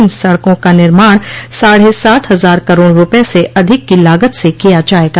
इन सड़कों का निर्माण साढ़े सात हज़ार करोड़ रूपये से अधिक की लागत से किया जायेगा